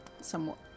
somewhat